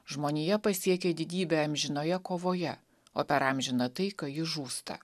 žmonija pasiekė didybę amžinoje kovoje o per amžiną taiką ji žūsta